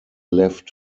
left